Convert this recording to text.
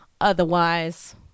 otherwise